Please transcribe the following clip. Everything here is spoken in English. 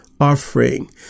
offering